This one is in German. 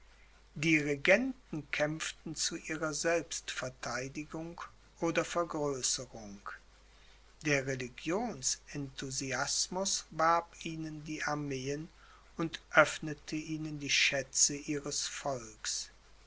die regenten kämpften zu ihrer selbstverteidigung oder vergrößerung der religionsenthusiasmus warb ihnen die armeen und öffnete ihnen die schätze ihres volks